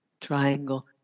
Triangle